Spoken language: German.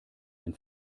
den